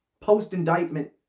post-indictment